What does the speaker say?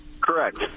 Correct